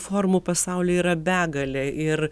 formų pasaulyje yra begalė ir